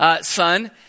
son